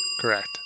correct